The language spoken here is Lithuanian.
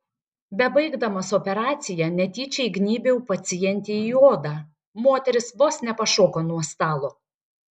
bebaigdamas operaciją netyčia įgnybiau pacientei į odą moteris vos nepašoko nuo stalo